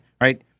right